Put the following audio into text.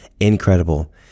incredible